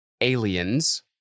Aliens